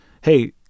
hey